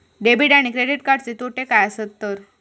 Debit आणि credit कार्डचे तोटे काय आसत तर?